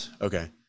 okay